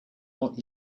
not